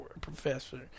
professor